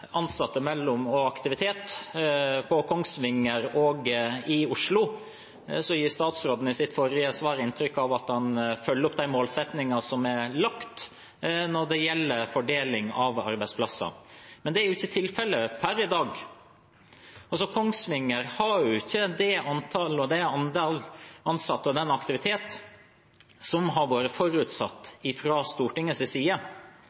ansatte mellom og aktivitet på Kongsvinger og i Oslo gir statsråden i sitt forrige svar inntrykk av at hun følger opp de målsettingene som er satt når det gjelder fordeling av arbeidsplasser. Men det er jo ikke tilfellet per i dag. Kongsvinger har ikke det antallet ansatte og den aktiviteten som har vært forutsatt fra Stortingets side. Hvilke konkrete grep vil bli tatt for